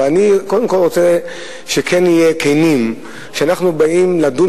אבל אני קודם כול רוצה שכן נהיה כנים כשאנחנו באים לדון